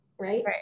Right